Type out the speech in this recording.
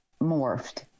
morphed